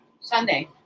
Sunday